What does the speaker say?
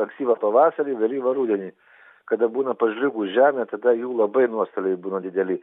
ankstyvą pavasarį vėlyvą rudenį kada būna pažliugus žemė tada jų labai nuostoliai būna dideli